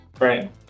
Right